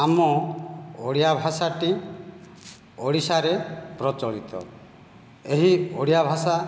ଆମ ଓଡ଼ିଆ ଭାଷାଟି ଓଡ଼ିଶାରେ ପ୍ରଚଳିତ ଏହି ଓଡ଼ିଆ ଭାଷା